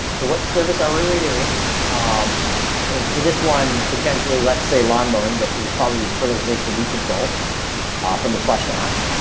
so what service are we we doing um and for this one potentially let's say lawn mowing, but it would probably fertilization we control ah from the question. asked